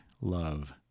love